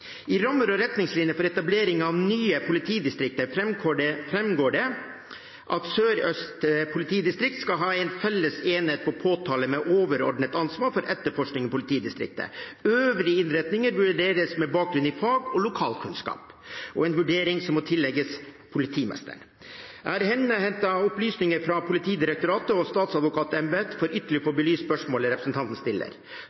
I rammer og retningslinjer for etablering av nye politidistrikter framgår det at Sør-Øst politidistrikt skal ha en felles enhet for påtale med overordnet ansvar for etterforskning i politidistriktet. Øvrige innretninger vurderes med bakgrunn i fag- og lokalkunnskap, og er en vurdering som må tilligge politimesteren. Jeg har innhentet opplysninger fra Politidirektoratet og statsadvokatembetet for